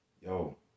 Yo